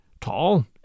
Tall